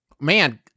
man